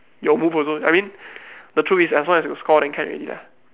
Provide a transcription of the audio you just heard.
your move also I mean the truth is as long as you got score then can ready lah